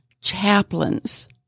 chaplains